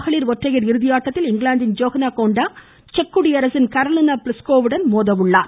மகளிர் ஒற்றையர் இறுதி ஆட்டத்தில் இங்கிலாந்தின் ஜோஹன்னா கோண்டா செக் குடியரசின் கரோலினா பிளிஸ்கோவாவுடன் மோதுகிறார்